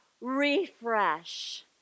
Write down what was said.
refresh